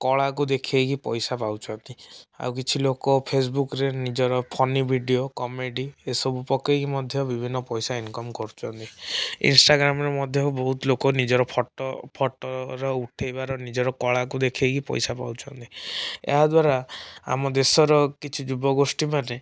କଳା କୁ ଦେଖାଇକି ପଇସା ପାଉଛନ୍ତି ଆଉ କିଛିଲୋକ ଫେସବୁକ୍ ରେ ନିଜର ଫନି ଭିଡ଼ିଓ କମେଡ଼ି ଏସବୁ ପକାଇକି ମଧ୍ୟ ବିଭିନ୍ନ ପଇସା ଇନକମ କରୁଛନ୍ତି ଇନ୍ସଟାଗ୍ରାମରେ ମଧ୍ୟ ବହୁତ ଲୋକ ନିଜର ଫଟୋ ଫଟୋର ଉଠାଇବାର ନିଜର କଳା କୁ ଦେଖାଇକି ପଇସା ପାଉଛନ୍ତି ଏହାଦ୍ବାରା ଆମଦେଶର କିଛି ଯୁବଗୋଷ୍ଠୀମାନେ